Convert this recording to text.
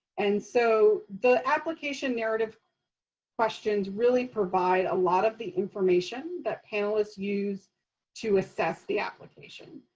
and so the application narrative questions really provide a lot of the information that panelists use to assess the application.